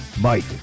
Mike